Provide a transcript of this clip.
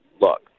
look